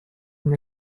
мне